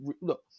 Look